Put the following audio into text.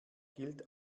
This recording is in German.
gilt